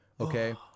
Okay